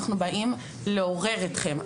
אנחנו באים לעורר אתכם,